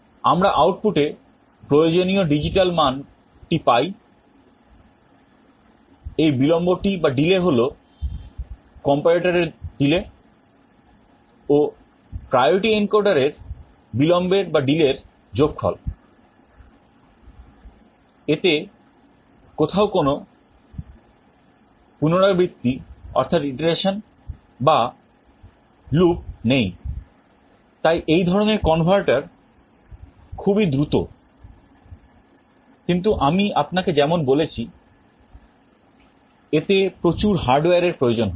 আমরা আউটপুটে প্রয়োজনীয় ডিজিটাল মান বা loop নেই তাই এই ধরনের converter খুবই দ্রুত কিন্তু আমি আপনাকে যেমন বলেছি এতে প্রচুর hardware এর প্রয়োজন হয়